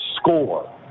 score